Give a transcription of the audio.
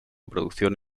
producción